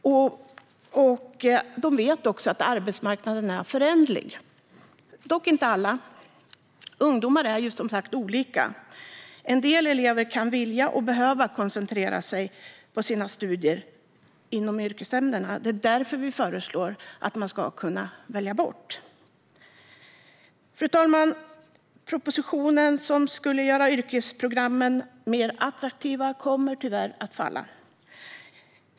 De vet också att arbetsmarknaden är föränderlig. Men detta gäller inte alla. Ungdomar är olika. En del elever kan vilja och behöva koncentrera sina studier på yrkesämnen. Det är därför vi föreslår att det ska vara möjligt att välja bort ämnen. Fru talman! Propositionen som skulle göra yrkesprogrammen attraktivare kommer tyvärr att falla.